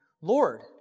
Lord